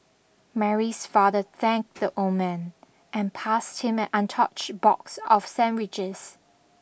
Mary's father thanked the old man and passed him an untouched box of sandwiches